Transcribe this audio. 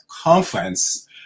conference